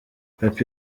papy